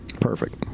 Perfect